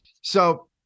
So-